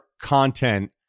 content